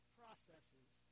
processes